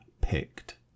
picked